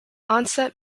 onset